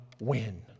win